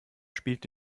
spielt